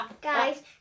Guys